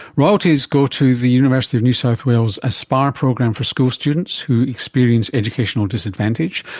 royalties go to the university of new south wales' aspire program for school students who experience educational disadvantage.